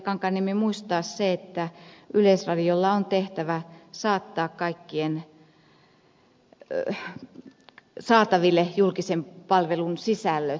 kankaanniemi muistaa se että yleisradiolla on tehtävä saattaa kaikkien saataville julkisen palvelun sisällöt